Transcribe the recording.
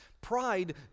Pride